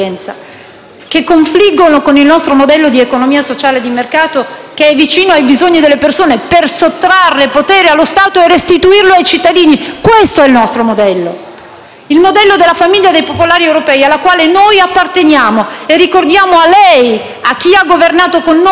che confliggono con il nostro modello di economia sociale e di mercato che è vicino ai bisogni delle persone per sottrarre potere allo Stato e restituirlo ai cittadini. Questo è il nostro modello: il modello della famiglia dei Popolari europei alla quale noi apparteniamo e ricordiamo a lei, a chi ha governato con noi, a